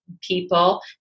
people